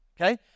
Okay